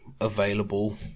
available